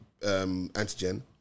antigen